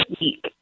week